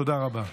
תודה רבה.